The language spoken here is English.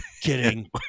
kidding